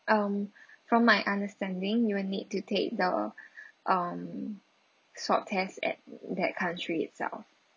um from my understanding you will need to take the um swab test at that country itself